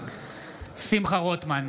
שמחה רוטמן,